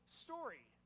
story